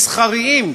מסחריים,